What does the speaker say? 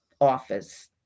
Office